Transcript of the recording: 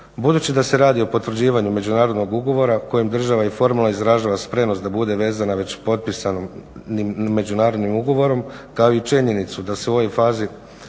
Budući da se radi o potvrđivanju međunarodnog ugovora kojim država i formalno izražava spremnost da bude vezana već potpisanim međunarodnim ugovorom kao i činjenicu da se u ovoj fazi